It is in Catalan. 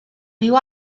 viu